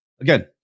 again